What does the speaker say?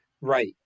Right